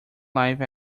live